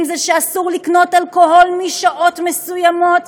אם איסור לקנות אלכוהול משעות מסוימות,